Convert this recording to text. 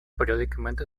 periódicamente